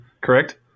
Correct